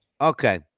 Okay